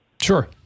Sure